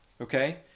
okay